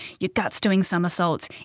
your gut's doing somersaults,